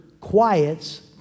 quiets